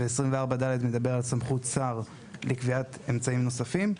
ו-24(ד) מדבר על סמכות שר לקביעת אמצעים נוספים.